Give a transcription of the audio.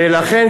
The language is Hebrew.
ולכן,